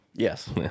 Yes